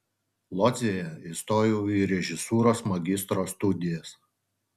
lodzėje įstojau į režisūros magistro studijas